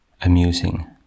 amusing